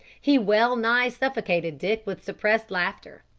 he well-nigh suffocated dick with suppressed laughter.